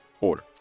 order